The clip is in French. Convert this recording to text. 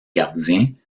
gardiens